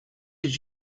did